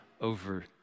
over